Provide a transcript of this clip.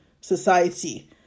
society